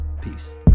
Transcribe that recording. Peace